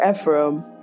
Ephraim